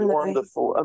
wonderful